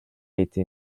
été